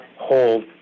hold